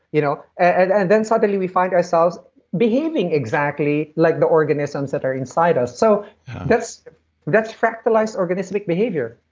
you know and then suddenly we find ourselves behaving exactly like the organisms that are inside us. so that's that's fractalized organism behavior.